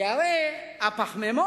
כי הרי הפחמימות